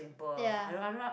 ya